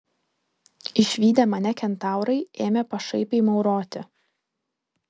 išvydę mane kentaurai ėmė pašaipiai mauroti